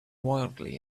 wildly